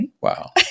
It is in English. Wow